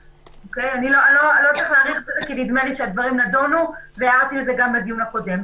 לא צריך להאריך כי נדמה לי שהדברים נדונו והערתי על זה גם בדיון הקודם.